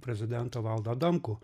prezidentą valdą adamkų